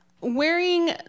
wearing